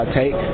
take